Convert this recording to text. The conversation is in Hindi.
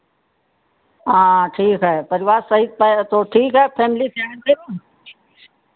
आँ ठीक है परिवार सहित तो ठीक है फ़ैमिली करो